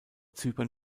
zypern